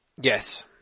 Yes